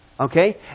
Okay